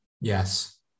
Yes